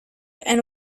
and